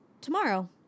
tomorrow